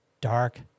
dark